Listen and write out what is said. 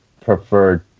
preferred